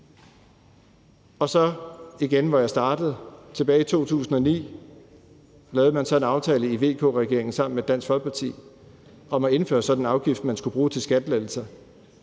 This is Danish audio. tilbage i 2009 lavede en aftale i VK-regeringen sammen med Dansk Folkeparti om at indføre en sådan afgift, som man skulle bruge til skattelettelser.